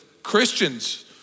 Christians